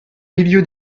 milieu